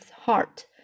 heart